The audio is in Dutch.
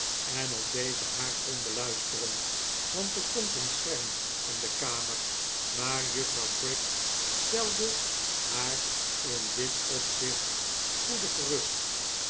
en of deze haar kon beluisteren want er stond een scherm in de kamer maar juffrouw prig stelde haar in dit opzicht spoedig gerust